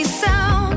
sound